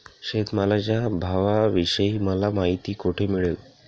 शेतमालाच्या भावाविषयी मला माहिती कोठे मिळेल?